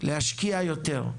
להשקיע יותר,